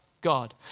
God